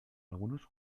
algunos